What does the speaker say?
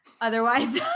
Otherwise